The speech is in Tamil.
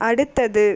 அடுத்தது